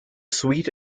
suite